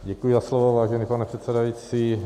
Děkuji za slovo, vážený pane předsedající.